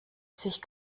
sich